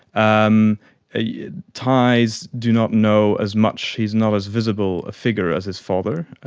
um ah yeah thais do not know as much, he is not as visible figure as his father,